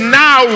now